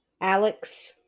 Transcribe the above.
Alex